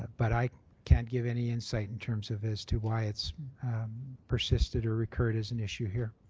but i can't give any insight in terms of as to why it's persisted or recurred as an issue here.